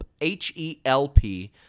H-E-L-P